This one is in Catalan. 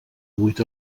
vuit